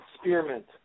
Spearmint